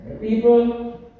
People